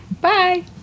Bye